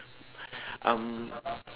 um